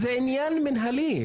זה עניין מנהלי.